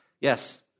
Yes